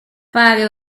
fare